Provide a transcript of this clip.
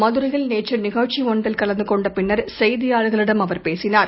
மதுரையில் நேற்று நிகழ்ச்சி ஒன்றில் கலந்து கொண்ட பின்னர் செய்தியாளர்களிடம் அவர் பேசினார்